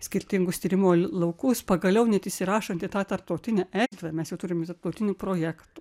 skirtingus tyrimų laukus pagaliau net įsirašant į tą tarptautinę erdvę mes jau turim ir tarptautinių projektų